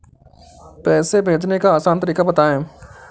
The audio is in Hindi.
पैसे भेजने का आसान तरीका बताए?